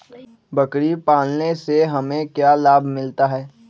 बकरी पालने से हमें क्या लाभ मिलता है?